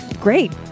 great